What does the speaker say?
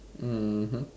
mmhmm